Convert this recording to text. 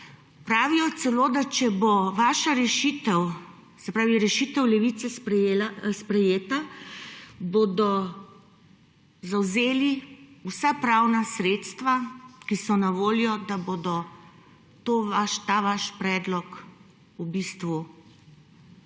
pravijo celo, da če bo vaša rešitev, se pravi rešitev Levice sprejeta, bodo zavzeli vsa pravna sredstva, ki so na voljo, da bodo ta vaš predlog v bistvu